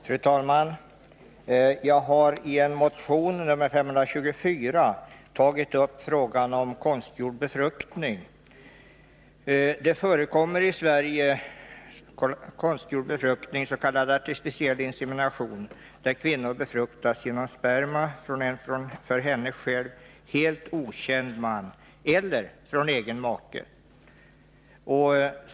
Fru talman! Jag har i en motion nr 524 tagit upp frågan om konstgjord befruktning. Det förekommer i Sverige konstgjord befruktning, s.k. artificiell insemination, där kvinnan befruktas med sperma från en för henne själv helt okänd man eller från egen make.